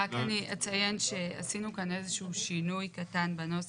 רק אני אציין שעשינו כאן איזשהו שינוי קטן בנוסח.